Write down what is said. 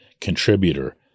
contributor